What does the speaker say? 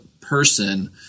person